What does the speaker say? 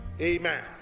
Amen